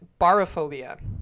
Barophobia